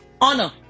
Honor